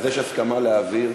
אז יש הסכמה להעביר,